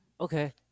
Okay